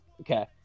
Okay